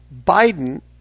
Biden